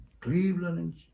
Cleveland